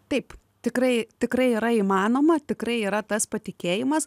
taip tikrai tikrai yra įmanoma tikrai yra tas patikėjimas